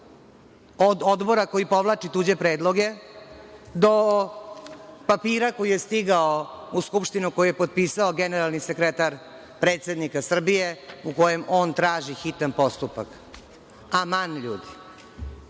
od odbora koji povlači tuđe predloge, do papira koji je stigao u Skupštinu, koji je potpisao generalni sekretar predsednika Srbije u kojem on traži hitan postupak. Aman ljudi,